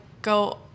go